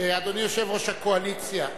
אדוני יושב-ראש הקואליציה,